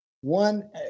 one